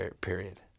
period